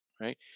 Right